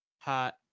hot